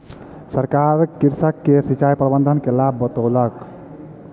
सरकार कृषक के सिचाई प्रबंधन के लाभ बतौलक